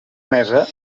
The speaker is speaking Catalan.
mesa